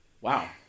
Wow